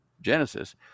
Genesis